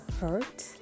hurt